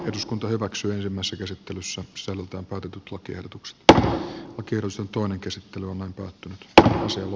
eduskunta hyväksyi ilmassa käsittelyssa solukämp otetut lakiehdotukset b v kerros on toinen käsittely on suomen aluevesillä